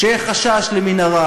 כשיהיה חשש למנהרה,